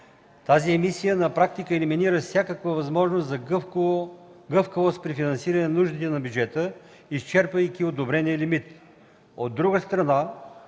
Тази емисия на практика елиминира всякакви възможности за гъвкавост при финансиране нуждите на бюджета, изчерпвайки одобрения лимит.